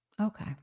Okay